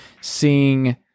seeing